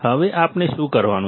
હવે આપણે શું કરવાનું છે